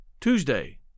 Tuesday